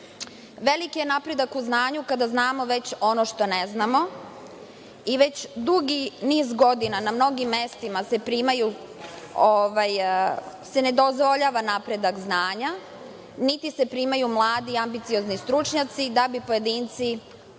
Veliki je napredak u znanju kada znamo već ono šta ne znamo. Već dugi niz godina na mnogim mestima se ne dozvoljava napredak znanja, niti se primaju mladi i ambiciozni stručnjaci da bi pojedinci neke